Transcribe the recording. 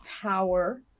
power